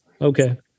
Okay